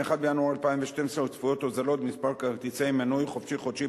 מ-1 בינואר 2012 צפויות הוזלות במספר כרטיסי מנוי "חופשי חודשי"